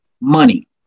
money